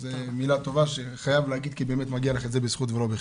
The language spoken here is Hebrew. אז מילה טובה שחייב להגיד לך כי באמת מגיע לך את זה בזכות ולא בחסד.